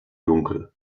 dunkel